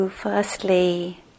Firstly